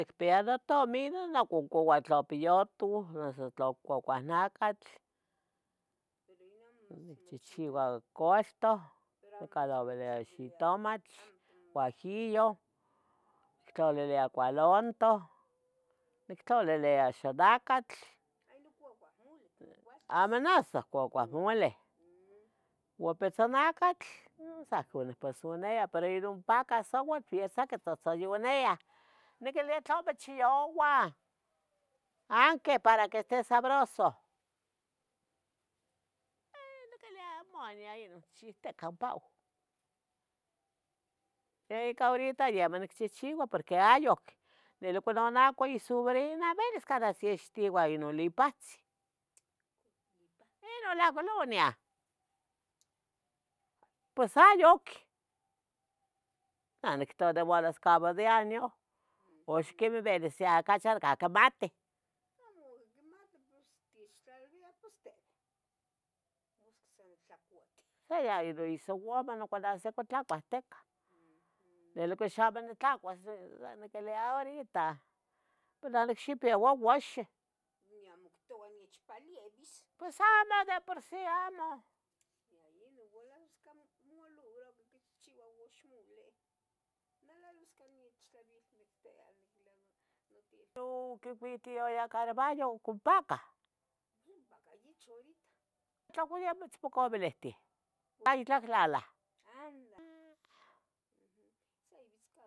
Nicpeya notomih, neh noconcoua tla piyoto noso tla cuahcucuahnacatl, nicchihchiua coltoh, itlaleleya xitomatl, huajillo, nictlalileya colantoh, nictlaleleya xonacatl, amo noso cuapohmoleh. Uan pitzonacatl non sa ihco nic nicposoneya, pero inon paca uan sa uah pieza quitohtoyoneah. Niquiluia "Tlame chiyauac, aunque para que este sabroso." Eh niqueluia amo ya nicchiutoc upau. Yeh ica horita ayamo nicchehcheua porque ayoc isobrina iuan noLipahtzin inon la colonia, pos ayoc a nictoua devalas de cabo di año oxquive cacabatih iyai isouamoh ocualahsico tlacuahticah. Quilviah xamo nitlacuas, sa niquilvia horita. Onicxipeua uauaxin. Amo ictova nechpalievis. Amo, de por sí amo. ¿Oquicuitaya carbayo oc ompacah? Ompacah yichah horita. ¿Tla ohcon yeh mitzmocavilihtiu? aitlac Lalah ¡Andale!